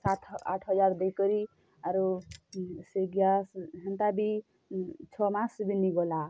ସାତ୍ ଆଠ୍ ହଜାର୍ ଦେଇକରି ଆରୁ ସେ ଗ୍ୟାସ୍ ହେନ୍ତା ବି ଛଅ ମାସ୍ ବି ନେଇଁ ଗଲା